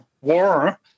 war